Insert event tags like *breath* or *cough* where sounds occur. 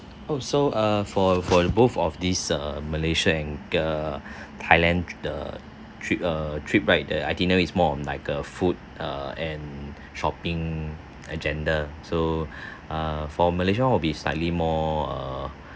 oh so err for for the both of this err malaysia and err thailand the trip err trip right the itinerary is more on like a food err and shopping agenda so *breath* err for malaysia [one] will be slightly more err